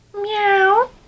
Meow